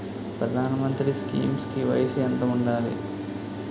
ప్రధాన మంత్రి స్కీమ్స్ కి వయసు ఎంత ఉండాలి?